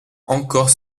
encore